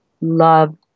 love